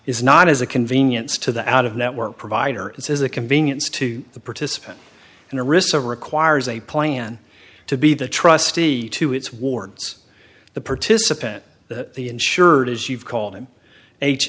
is not as a convenience to the out of network provider it is a convenience to the participant interests of requires a plan to be the trustee to its warns the participant the insured as you've called him h